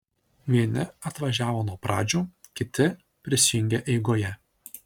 vieni atvažiavo nuo pradžių kiti prisijungė eigoje